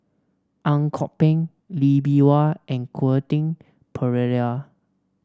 Ang Kok Peng Lee Bee Wah and Quentin Pereira